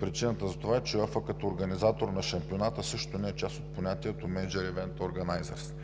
Причината за това е, че УЕФА като организатор на шампионата също не е част от понятието „мениджър ивент органайзър“.